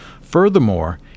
Furthermore